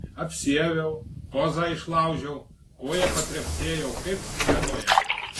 apsiaviau pozą išlaužiau koja patrepsėjau kaip scenoje